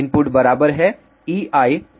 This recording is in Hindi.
इनपुट बराबर है eie0 के